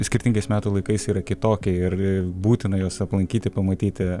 skirtingais metų laikais yra kitokia ir būtina juos aplankyti pamatyti